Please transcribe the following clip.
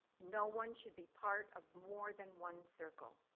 no one should be part of more than one circle.